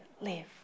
live